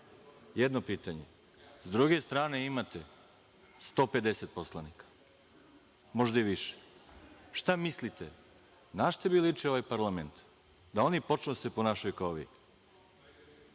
Jedno pitanje – s druge strane imate 150 poslanika, možda i više, šta mislite na šta bi ličio ovaj parlament da oni počnu da se ponašaju kao vi? Vi